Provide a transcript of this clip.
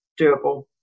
doable